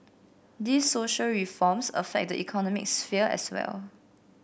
these social reforms affect the economic sphere as well